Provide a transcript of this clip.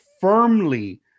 firmly